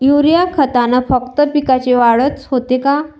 Urea खतानं फक्त पिकाची वाढच होते का?